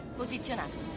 posizionato